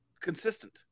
consistent